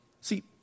See